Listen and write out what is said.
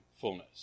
fullness